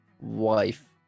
wife